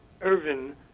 Irvin